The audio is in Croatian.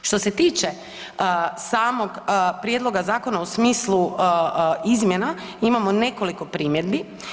Što se tiče samog prijedloga zakona u smislu izmjena, imamo nekoliko primjedbi.